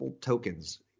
tokens